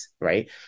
right